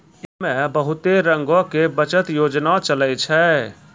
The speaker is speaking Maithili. एकरा मे बहुते रंगो के बचत योजना चलै छै